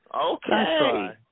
Okay